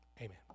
Amen